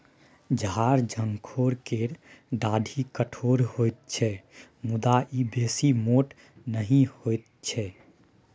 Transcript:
झार झंखोर केर डाढ़ि कठोर होइत छै मुदा ई बेसी मोट नहि होइत छै